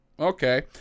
Okay